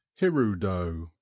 hirudo